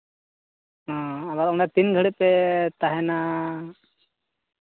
ᱦᱮᱸ ᱟᱵᱟᱨ ᱚᱸᱰᱮ ᱛᱤᱱ ᱜᱷᱟᱹᱲᱤᱡ ᱯᱮ ᱛᱟᱦᱮᱱᱟ